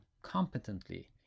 competently